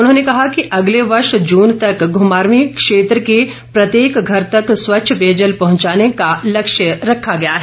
उन्होंने कहा कि अगले वर्ष जून तक घुमारवी क्षेत्र के प्रत्येक घर तक स्वच्छ पेयजल पहुंचाने का लक्ष्य रखा गया है